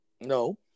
No